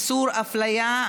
(תיקון, הפקעת זכויות),